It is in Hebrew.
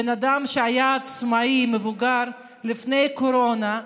בן אדם שהיה עצמאי, מבוגר, לפני הקורונה,